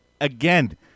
again